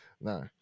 No